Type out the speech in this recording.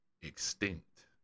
extinct